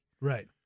right